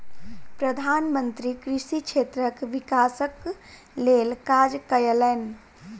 प्रधान मंत्री कृषि क्षेत्रक विकासक लेल काज कयलैन